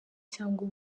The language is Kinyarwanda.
cyangwa